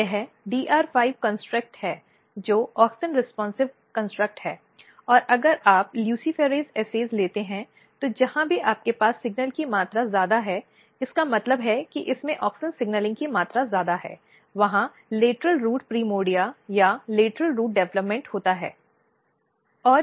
यह DR5 construct है जो ऑक्सिन रिस्पॉन्सिव कन्स्ट्रक्ट है और अगर आप ल्यूसिफरेज अस्से लेते हैं तो जहां भी आपके पास सिग्नल की मात्रा ज्यादा है इसका मतलब है कि इसमें ऑक्सिन सिगनलिंग की मात्रा ज्यादा है वहां लैटरल रूट प्राइमर्डिया या लेटरल रूट डेवलपमेंट होता है